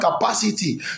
capacity